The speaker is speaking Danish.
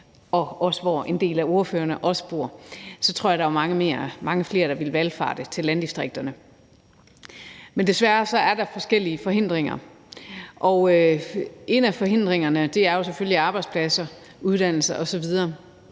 og hvor også en del af ordførerne bor, så tror jeg at der var mange flere, der ville valfarte til landdistrikterne. Men desværre er der forskellige forhindringer. En af forhindringerne er jo selvfølgelig arbejdspladser, uddannelse osv.